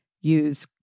Use